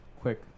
quick